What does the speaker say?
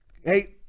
Hey